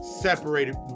separated